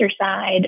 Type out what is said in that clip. side